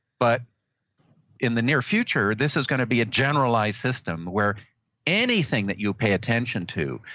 but in the near future this is going to be a generalized system where anything that you pay attention to,